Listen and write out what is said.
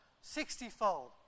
sixtyfold